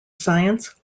science